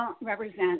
represent